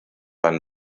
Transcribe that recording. einen